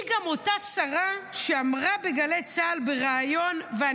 היא גם אותה שרה שאמרה בגלי צה"ל בריאיון במאי,